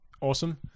awesome